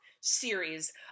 series